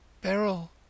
Beryl